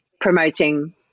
promoting